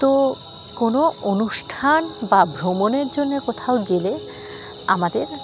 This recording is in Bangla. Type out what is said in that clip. তো কোনো অনুষ্ঠান বা ভ্রমণের জন্যে কোথাও গেলে আমাদের